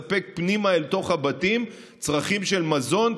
פנימה אל תוך הבתים צרכים של מזון,